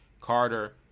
Carter